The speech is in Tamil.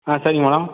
ஆ சரிங்க மேடம்